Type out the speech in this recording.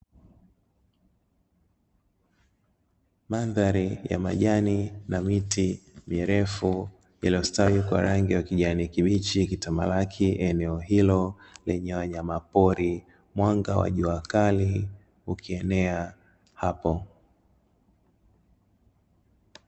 Mandhari ya majani na miti mirefu iliyostawi kwa rangi ya kijani kibichi, ikitamalaki eneo hilo lenye wanyama pori, mwanga wa jua kali ukienea hapo.